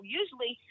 usually